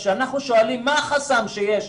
כשאנחנו שואלים מה החסם שיש,